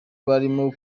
barimo